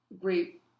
great